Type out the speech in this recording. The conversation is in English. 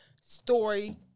story